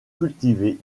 cultivés